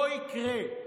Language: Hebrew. לא יקרה.